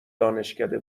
دانشکده